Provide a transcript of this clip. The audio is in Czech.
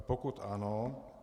Pokud ano